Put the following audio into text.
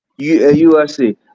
USC